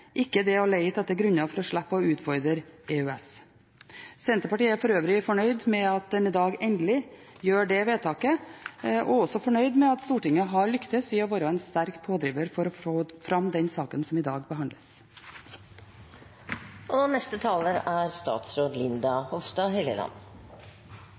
ikke det å lete etter grunner for å slippe å utfordre EØS. Senterpartiet er for øvrig fornøyd med at en i dag endelig fatter det vedtaket, og også at Stortinget har lyktes i å være en sterk pådriver for å få fram den saken som i dag behandles. Allmennkringkasting er et viktig mediepolitisk tiltak for å oppfylle demokratiske, sosiale og